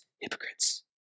hypocrites